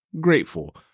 grateful